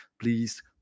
please